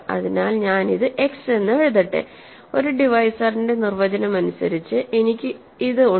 അതിനാൽ ഞാൻ ഇത് x എന്ന് എഴുതട്ടെ ഒരു ഡിവൈസറിന്റെ നിർവചനം അനുസരിച്ച് എനിക്ക് ഇത് ഉണ്ട്